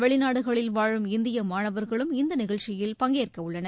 வெளிநாடுகளில் வாழும் இந்திய மாணவர்களும் இந்த நிகழ்ச்சியில் பங்கேற்கவுள்ளனர்